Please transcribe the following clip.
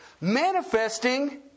Manifesting